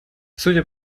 судя